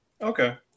Okay